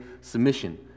Submission